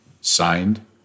Signed